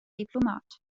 diplomat